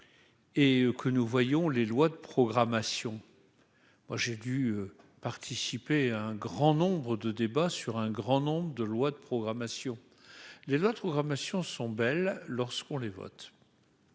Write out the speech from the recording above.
et que nous voyons se succéder les lois de programmation. Pour ma part, j'ai dû participer à un grand nombre de débats sur de nombreuses lois de programmation. Les lois de programmation sont belles lorsqu'on les vote.